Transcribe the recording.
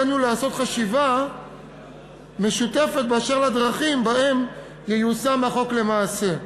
עלינו לעשות חשיבה משותפת באשר לדרכים שבהן ייושם החוק למעשה.